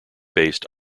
based